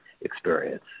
experience